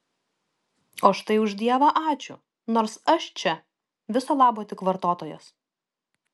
o štai už dievą ačiū nors aš čia viso labo tik vartotojas